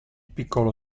piccolo